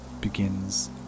begins